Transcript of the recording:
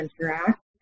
interact